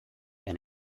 and